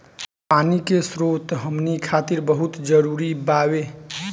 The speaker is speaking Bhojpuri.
पानी के स्रोत हमनी खातीर बहुत जरूरी बावे